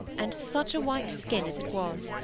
and such a white skin as it was!